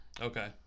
Okay